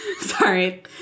sorry